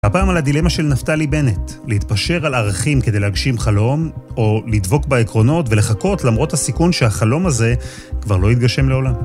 ‫הפעם על הדילמה של נפתלי בנט, ‫להתפשר על ערכים כדי להגשים חלום ‫או לדבוק בעקרונות ‫ולחכות למרות הסיכון שהחלום הזה ‫כבר לא יתגשם לעולם.